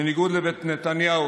בניגוד לנתניהו,